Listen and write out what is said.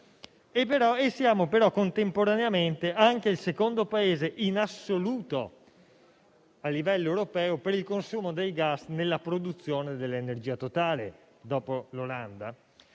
Siamo però contemporaneamente anche il secondo Paese in assoluto a livello europeo per il consumo dei gas nella produzione dell'energia totale, dopo l'Olanda.